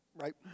right